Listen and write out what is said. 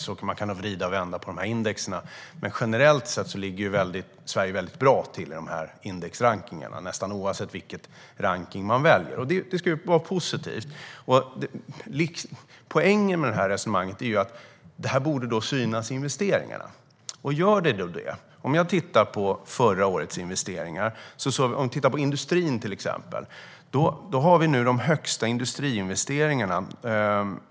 Man kan alltså vrida och vända på dessa index, men generellt sett ligger Sverige bra till i indexrankningarna nästan oavsett vilken rankning man väljer. Det är positivt. Poängen med resonemanget är att detta borde synas i investeringarna. Gör det då det? Låt oss se på förra årets investeringar, till exempel i industrin.